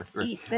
eat